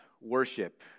worship